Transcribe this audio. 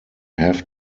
have